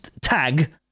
tag